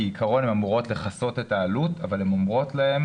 כעיקרון הן אמורות לכסות את העלות אבל הן אומרות להם